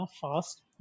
fast